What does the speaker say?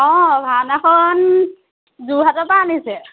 অঁ ভাওনাখন যোৰহাট পৰা আনিছে